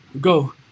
go